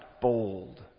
bold